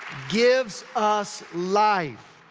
gives us life.